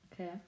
Okay